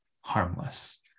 harmless